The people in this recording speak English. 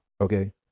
Okay